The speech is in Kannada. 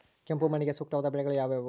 ಕೆಂಪು ಮಣ್ಣಿಗೆ ಸೂಕ್ತವಾದ ಬೆಳೆಗಳು ಯಾವುವು?